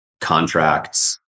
contracts